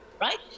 right